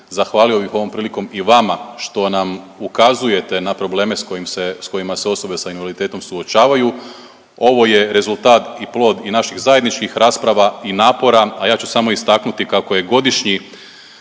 Zahvalio bih ovom prilikom i vama što nam ukazujete na probleme s kojim se, s kojima se osobe sa invaliditetom suočavaju. Ovo je rezultat i plod i naših zajedničkih rasprava i napora, a ja ću samo istaknuti kako je godišnji,